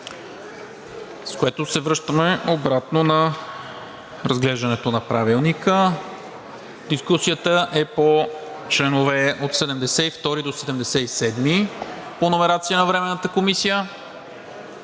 е прието. Връщаме се обратно към разглеждането на Правилника. Дискусията е по членове от 72 до 77 по номерация на Временната комисия.